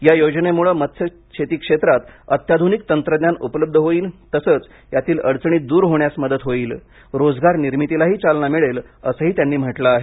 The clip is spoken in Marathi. या योजनेमुळे मत्स्यशेती क्षेत्रात अत्याधुनिक तंत्रज्ञान उपलब्ध होईल तसेच यातील अडचणी दूर होण्यास मदत होईल रोजगार निर्मितीलाही चालना मिळेल असंही त्यांनी म्हटलं आहे